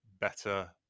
better